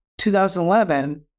2011